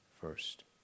first